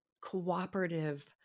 cooperative